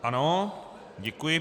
Ano, děkuji.